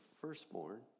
firstborn